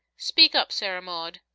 speak up, sarah maud.